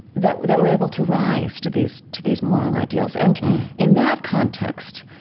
that that we're able to rise to these to these moral ideals. and in that context,